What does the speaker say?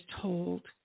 told